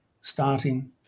starting